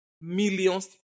millions